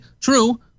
True